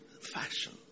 fashion